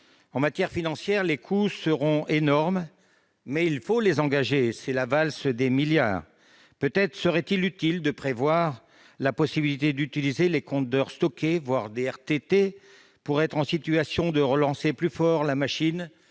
le plan financier, les dépenses seront énormes, mais il faut les engager. C'est la valse des milliards ! Peut-être serait-il utile de prévoir la possibilité d'utiliser les comptes d'heures stockées, voire les RTT, pour être en mesure de relancer plus fortement la machine